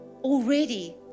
already